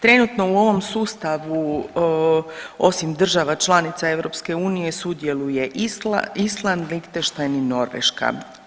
Trenutno u ovom sustavu osim država članica EU sudjeluje Island, Lihtenštajn i Norveška.